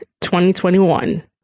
2021